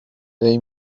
they